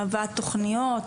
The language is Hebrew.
הבאת תכניות,